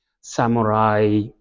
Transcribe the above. samurai